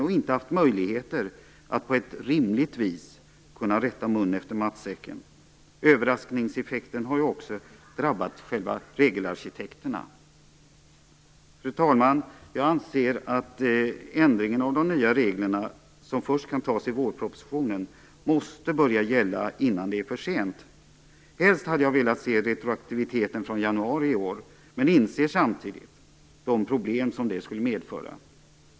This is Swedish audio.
De har inte haft möjlighet att på ett rimligt vis rätta munnen efter matsäcken. Överraskningseffekten har ju också drabbat regelarkitekterna själva. Fru talman! Jag anser att ändringen av de nya reglerna, som först kan antas i vårpropositionen, måste börja gälla innan det är för sent. Helst hade jag velat se retroaktiviteten från januari i år, men jag inser samtidigt de problem som detta skulle medföra.